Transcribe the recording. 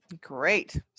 Great